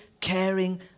caring